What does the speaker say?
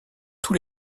tous